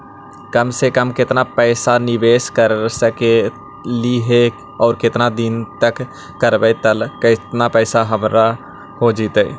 कम से कम केतना पैसा निबेस कर सकली हे और केतना दिन तक करबै तब केतना पैसा हमर हो जइतै?